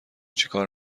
چیکار